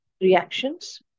reactions